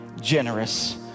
generous